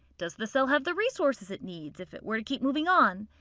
does the cell have the resources it needs if it were to keep moving on?